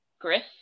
Griff